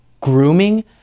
grooming